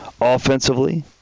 offensively